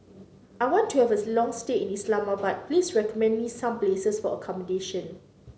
I want to have a long stay in Islamabad please recommend me some places for accommodation